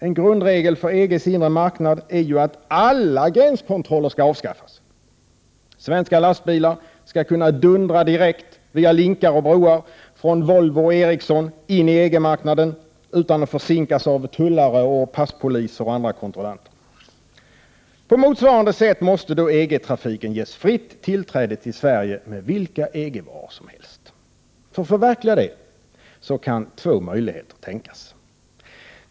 En grundregel för EG:s inre marknad är ju att alla gränskontroller skall avskaffas. Svenska lastbilar skall kunna dundra direkt via linkar och broar från Volvo och Ericsson in i EG marknaden utan att försinkas av tullare, passpoliser och andra kontrollanter. På motsvarande sätt måste då EG-trafiken ges fritt tillträde till Sverige med vilka EG-varor som helst. För förverkligande av detta kan två möjligheter tänkas.